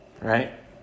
Right